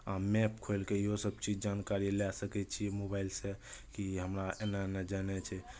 हम मैप खोलि कऽ इहोसभ चीज जानकारी लए सकै छी मोबाइलसँ कि हमरा एना एना जेनाइ छै